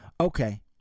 Okay